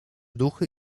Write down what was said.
duchy